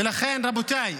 ולכן, רבותיי,